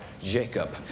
Jacob